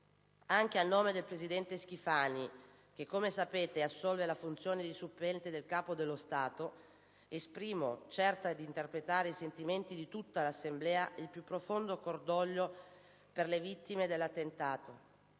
Anche a nome del presidente Schifani, che, come sapete, assolve la funzione di supplente del Capo dello Stato, esprimo, certa di interpretare i sentimenti di tutta l'Assemblea, il più profondo cordoglio per le vittime dell'attentato,